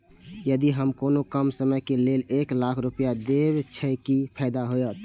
यदि हम कोनो कम समय के लेल एक लाख रुपए देब छै कि फायदा होयत?